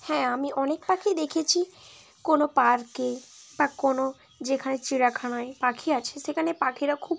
হ্যাঁ আমি অনেক পাখিই দেখেছি কোনো পার্কে বা কোনো যেখানে চিড়িয়াখানায় পাখি আছে সেখানে পাখিরা খুব